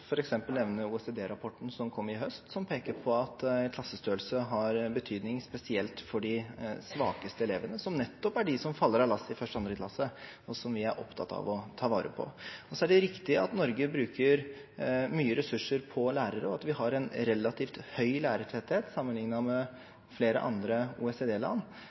f.eks. nevne OECD-rapporten som kom i høst, som peker på at klassestørrelse har betydning, spesielt for de svakeste elevene som nettopp er de som faller av lasset i 1. og 2. klasse, og som vi er opptatt av å ta vare på. Så er det riktig at Norge bruker mye ressurser på lærere og at vi har en relativt høy lærertetthet, sammenlignet med flere andre